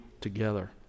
together